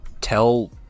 tell